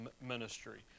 ministry